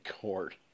Court